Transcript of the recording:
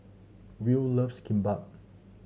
Will loves Kimbap